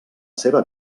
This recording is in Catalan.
seva